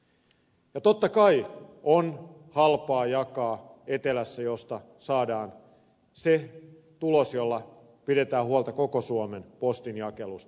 ja totta kai on halpaa jakaa etelässä josta saadaan se tulos jolla pidetään huolta koko suomen postinjakelusta